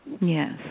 Yes